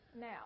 Now